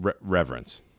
reverence